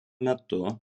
metu